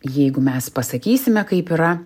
jeigu mes pasakysime kaip yra